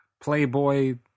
playboy